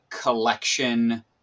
collection